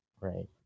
right